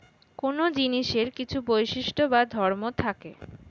কোন জিনিসের কিছু বৈশিষ্ট্য বা ধর্ম থাকে